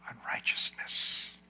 unrighteousness